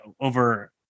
over